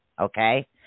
okay